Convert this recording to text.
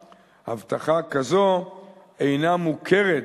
אולם הבטחה כזו אינה מוכרת